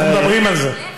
אנחנו מדברים על זה.